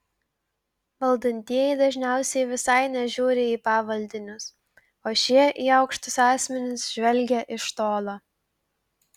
valdantieji dažniausiai visai nežiūri į pavaldinius o šie į aukštus asmenis žvelgia iš tolo